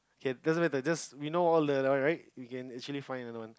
okay that doesn't just we know all that one right we can actually find another one